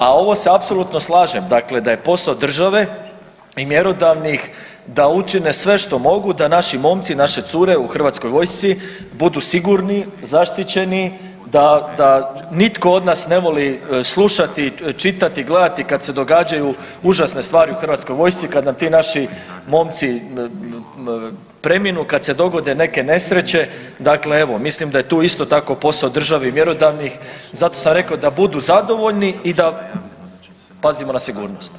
A ovo se apsolutno slažem, dakle da je posao države i mjerodavnih da učine sve što mogu da naši momci, naše cure u HV-u budu sigurni, zaštićeni, da nitko od nas ne voli slušati, čitati i gledati kad se događaju užasne stvari u HV-u kada ti naši momci preminu, kad se dogode neke nesreće, dakle evo, mislim da je tu isto tako posao države i mjerodavnih, zato sam rekao da budu zadovoljni i da pazimo na sigurnost.